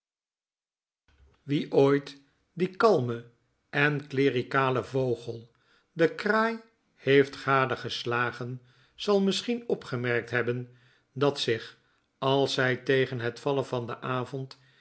wie ooit dien kalmen en clericalen vogel de kraai heeft gadegeslagen zal misschien opgemerkt hebben dat zich als zy tegen het vanen van den avond